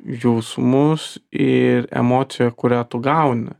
jausmus ir emociją kurią tu gauni